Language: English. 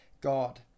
God